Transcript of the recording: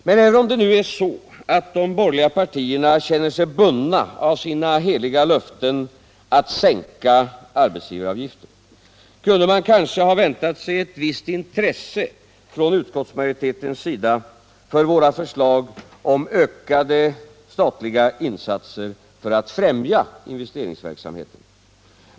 Men även om det nu är så, att de borgerliga partierna känner sig bundna av sina heliga löften att sänka arbetsgivaravgiften, kunde man kanske ha väntat sig ett visst intresse från utskottsmajoritetens sida för våra förslag om ökade statliga insatser för att främja investeringsverksamheten.